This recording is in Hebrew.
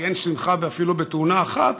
כי אין שמחה אפילו בתאונה אחת,